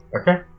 Okay